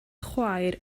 chwaer